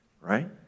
Right